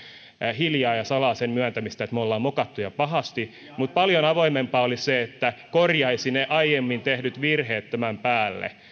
hiljaa ja salaa sen myöntämistä että me olemme mokanneet ja pahasti mutta paljon avoimempaa olisi se että korjaisi ne aiemmin tehdyt virheet tämän päälle